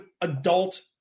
adult